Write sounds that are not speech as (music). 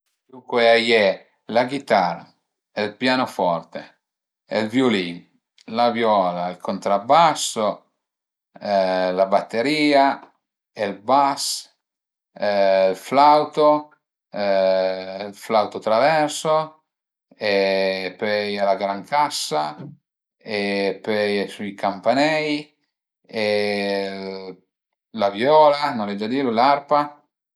Duncue a ie la ghitara, ël pianoforte, êl viulin, la viola, ël contrabbasso, la batteria, ël bas, ël flauto (hesitation) ël flauto traverso e pöi la grancassa e pöi a i sun i campanei e la viola, no l'ai gia dilu, l'arpa